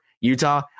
Utah